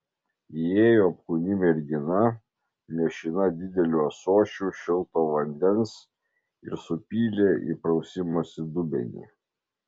įėjo apkūni mergina nešina dideliu ąsočiu šilto vandens ir supylė į prausimosi dubenį